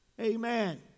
Amen